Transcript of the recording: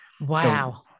Wow